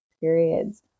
periods